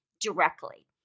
directly